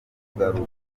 kugaruka